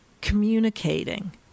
communicating